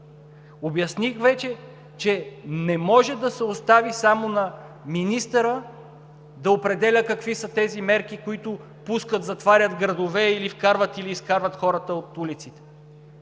Обясних вече, че не може да се остави само на министъра да определя какви са тези мерки, които пускат, затварят градове или вкарват, или изкарват хората от улиците.